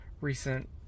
recent